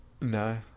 No